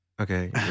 Okay